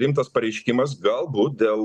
rimtas pareiškimas galbūt dėl